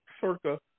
circa